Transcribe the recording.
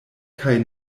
kaj